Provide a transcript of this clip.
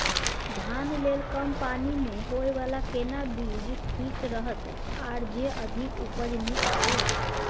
धान लेल कम पानी मे होयबला केना बीज ठीक रहत आर जे अधिक उपज नीक होय?